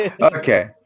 okay